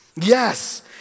Yes